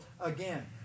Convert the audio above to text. again